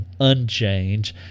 unchange